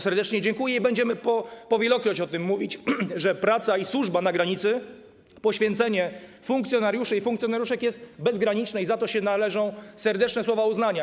Serdecznie im dziękuję i będziemy po wielokroć mówić o tym, że jeśli chodzi o pracę i służbę na granicy, poświęcenie funkcjonariuszy i funkcjonariuszek jest bezgraniczne i za to się należą serdeczne słowa uznania.